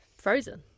frozen